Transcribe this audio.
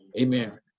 Amen